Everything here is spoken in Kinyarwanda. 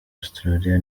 australia